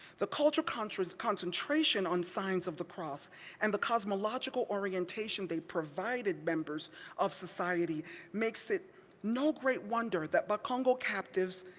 the cultural concentration on signs of the cross and the cosmological orientation they provided members of society makes it no great wonder that bakongo captives,